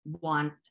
want